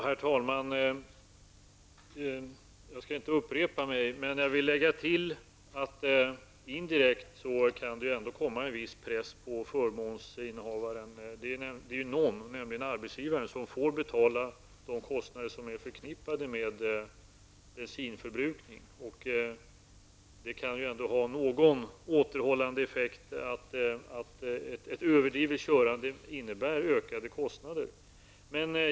Herr talman! Jag skall inte upprepa mig, men jag vill lägga till att indirekt kan det ändå vara en press på förmånsinnehavaren. Det är nämligen arbetsgivaren som får betala de kostnader som är förknippade med bensinförbrukningen. Det kan ändå ha någon återhållande effekt att ett överdrivet körande innebär ökade kostnader.